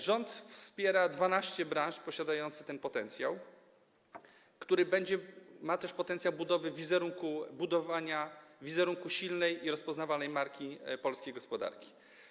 Rząd wspiera 12 branż posiadających ten potencjał, też potencjał budowy wizerunku, budowania wizerunku silnej i rozpoznawalnej Marki Polskiej Gospodarki.